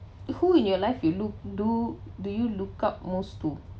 who in your life you look do do you look out most to